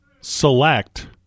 Select